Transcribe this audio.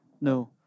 No